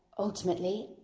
ultimately,